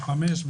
חמש,